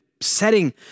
setting